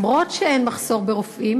גם אם אין מחסור ברופאים,